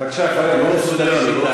בבקשה, חבר הכנסת ביטן.